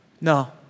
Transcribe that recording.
No